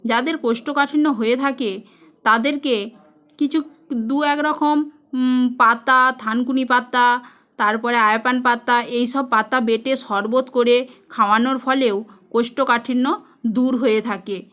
যাদের কোষ্ঠকাঠিন্য হয়ে থাকে তাদেরকে কিছু দু এক রকম পাতা থানকুনি পাতা তারপরে আয়াপান পাতা এইসব পাতা বেঁটে শরবত করে খাওয়ানোর ফলেও কোষ্ঠকাঠিন্য দূর হয়ে থাকে